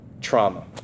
trauma